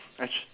actu~